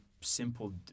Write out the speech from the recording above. simple